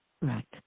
Right